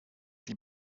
die